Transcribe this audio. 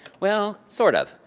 well, sort of.